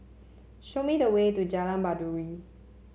show me the way to Jalan Baiduri